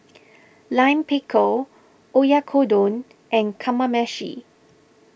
Lime Pickle Oyakodon and Kamameshi